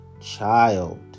child